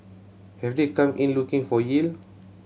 have they come in looking for yield